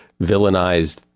villainized